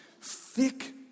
thick